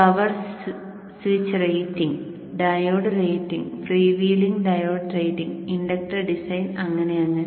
power switch rating diode rating free wheeling diode rating inductor design അങ്ങനെ അങ്ങനെ